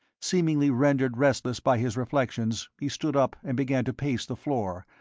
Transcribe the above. seemingly rendered restless by his reflections, he stood up and began to pace the floor,